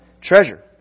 treasure